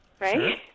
right